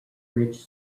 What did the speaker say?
rich